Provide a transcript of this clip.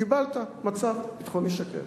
קיבלת מצב ביטחוני שקט,